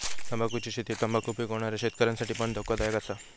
तंबाखुची शेती तंबाखु पिकवणाऱ्या शेतकऱ्यांसाठी पण धोकादायक असा